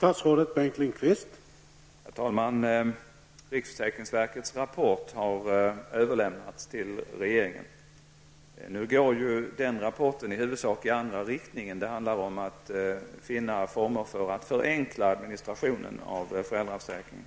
Herr talman! Riksförsäkringsverkets rapport har överlämnats till regeringen. Nu går man i den rapporten huvudsakligen i andra riktningen. Det handlar om att finna former för att förenkla administrationen av föräldraförsäkringen.